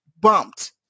bumped